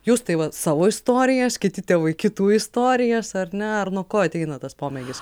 jūs tai vat savo istorijas kiti tėvai kitų istorijas ar ne ar nuo ko ateina tas pomėgis